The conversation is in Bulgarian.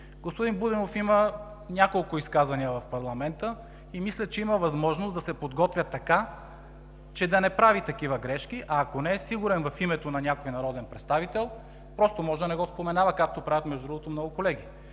Господин Будинов има няколко изказвания в парламента и мисля, че има възможност да се подготвя така, че да не прави такива грешки, а ако не е сигурен в името на някой народен представител, просто може да не го споменава, както правят, между другото, много колеги.